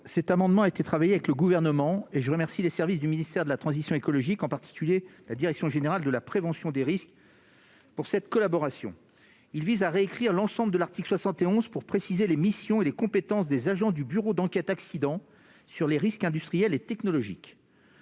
cet amendement avec le Gouvernement. Je tiens à remercier les services du ministère de la transition écologique, en particulier la direction générale de la prévention des risques, pour cette collaboration. Cet amendement vise à réécrire l'ensemble de l'article 71 pour préciser les missions et compétences des agents du bureau d'enquêtes et d'analyses sur les risques industriels et technologiques.